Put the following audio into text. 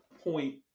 point